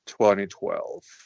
2012